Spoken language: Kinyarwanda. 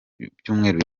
byumweru